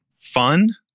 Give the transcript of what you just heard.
fun